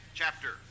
chapter